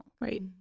right